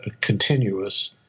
continuous